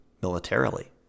militarily